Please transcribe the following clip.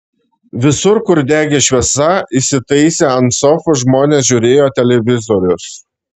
visur kur degė šviesa įsitaisę ant sofų žmonės žiūrėjo televizorius